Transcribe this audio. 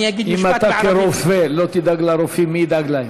אם אתה כרופא לא תדאג לרופאים, מי ידאג להם?